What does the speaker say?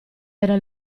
era